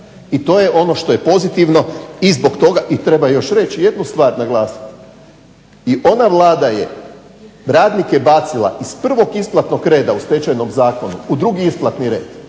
I to je ono što je pozitivno i zbog toga i treba još reći još jednu stvar naglasiti. I ona Vlada je radnike bacila iz prvog isplatnog reda u Stečajnom zakonu u drugi isplatni red,